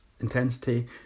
intensity